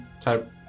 type